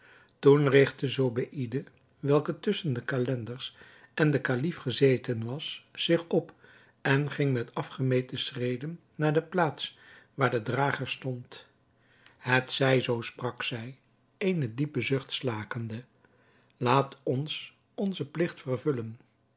toen rigtte zobeïde welke tusschen de calenders en den kalif gezeten was zich op en ging met afgemeten schreden naar de plaats waar de drager stond het zij zoo sprak zij eenen diepen zucht slakende laat ons onzen pligt vervullen